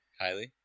Kylie